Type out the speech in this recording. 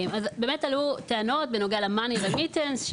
אז באמת עלו טענות בנוגע ל"מאני רמיטנס" (העברת כספים),